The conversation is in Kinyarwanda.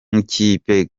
nk’ikipe